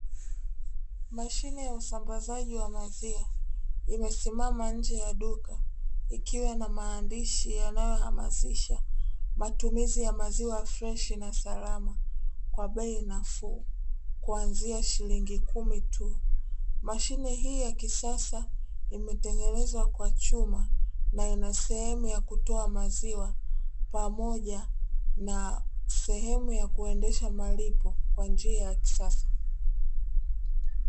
Mashine ya usambazaji wa maziwa, imesimama nje ya duka, ikiwa ina maandishi yanayohamasisha matumizi ya maziwa freshi na salama kwa bei nafuu; kuanzia shilingi kumi tu. Mashine hii ya kisasa imetengenezwa kwa chuma, na ina sehemu ya kutoa maziwa pamoja na sehemu ya kuendesha malipo kwa njia ya kisasa.